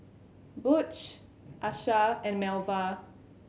Butch Asha and Melva